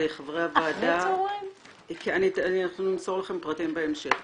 אנחנו נמסור לכם פרטים בהמשך.